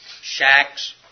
shacks